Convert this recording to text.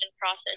process